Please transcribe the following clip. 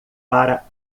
para